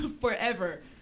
forever